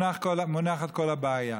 מונחת כל הבעיה.